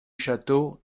château